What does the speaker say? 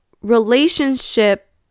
relationship